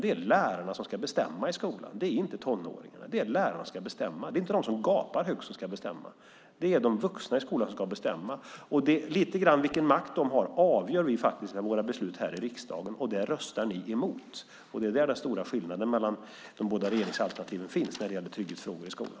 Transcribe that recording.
Det är lärarna som ska bestämma i skolan. Det är inte tonåringarna. Det är lärarna som ska bestämma. Det är inte de som gapar högst som ska bestämma. Det är de vuxna i skolan som ska bestämma. Lite grann vilken makt de har avgör vi med våra beslut här i riksdagen. Det röstar ni emot. Det är där den stora skillnaden mellan de båda regeringsalternativen finns när det gäller trygghetsfrågor i skolan.